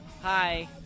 Hi